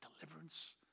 deliverance